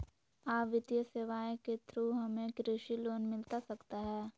आ वित्तीय सेवाएं के थ्रू हमें कृषि लोन मिलता सकता है?